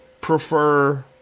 prefer